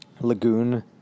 lagoon